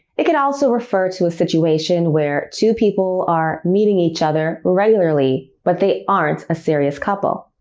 it could also refer to a situation where two people are meeting each other regularly, but they aren't a serious couple.